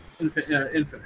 Infinite